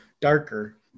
darker